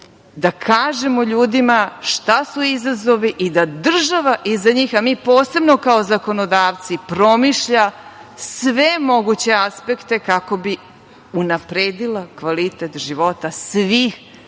da kažemo ljudima šta su izazovi i da država iza njih, a mi posebno kao zakonodavci, promišlja sve moguće aspekte kako bi unapredila kvalitet života svih građana